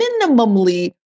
minimally